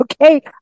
okay